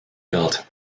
built